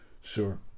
Sure